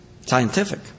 Scientific